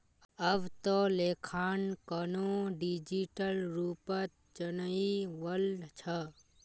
अब त लेखांकनो डिजिटल रूपत चनइ वल छ